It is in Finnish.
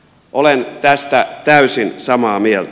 olen tästä täysin samaa mieltä